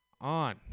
on